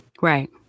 right